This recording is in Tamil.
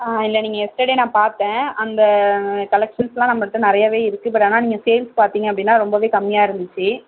ஆ இல்லை நீங்கள் எஸ்டெர்டே நான் பார்த்தேன் அந்த கலெக்ஷன்ஸ்லாம் நம்பள்கிட்ட நிறையாவே இருக்கு பட் ஆனால் நீங்கள் சேல்ஸ் பார்த்தீங்க அப்படின்னா ரொம்பவே கம்மியாக இருந்துச்சு